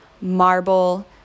marble